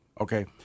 Okay